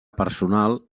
personal